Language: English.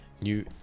new